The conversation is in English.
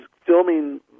filming